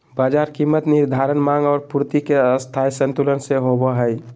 बाजार कीमत निर्धारण माँग और पूर्ति के स्थायी संतुलन से होबो हइ